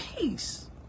peace